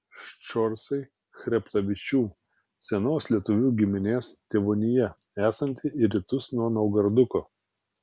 ščorsai chreptavičių senos lietuvių giminės tėvonija esanti į rytus nuo naugarduko